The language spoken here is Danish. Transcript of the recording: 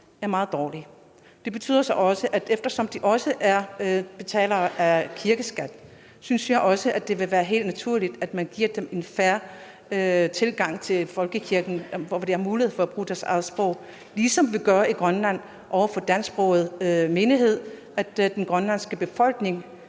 er meget dårligt. Og eftersom de også betaler kirkeskat, synes jeg, at det vil være helt naturligt, at man giver dem en fair tilgang til folkekirken, hvor de har mulighed for at bruge deres eget sprog, ligesom vi gør i Grønland over for dansksprogede menigheder. Den grønlandske befolkning